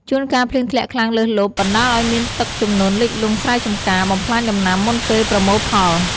ជួនកាលភ្លៀងធ្លាក់ខ្លាំងលើសលប់ បណ្ដាលឱ្យមានទឹកជំនន់លិចលង់ស្រែចម្ការ បំផ្លាញដំណាំមុនពេលប្រមូលផល។